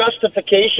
justification